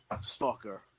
Stalker